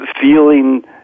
feeling